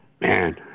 man